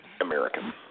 American